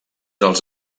els